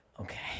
okay